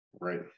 Right